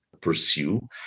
pursue